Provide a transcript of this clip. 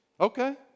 okay